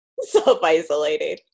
self-isolating